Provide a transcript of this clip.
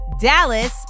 Dallas